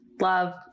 love